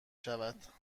شود